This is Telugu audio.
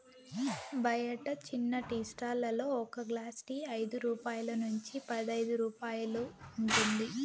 బయట చిన్న టీ స్టాల్ లలో ఒక గ్లాస్ టీ ఐదు రూపాయల నుంచి పదైదు రూపాయలు ఉంటుంది